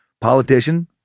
politician